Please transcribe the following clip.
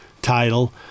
title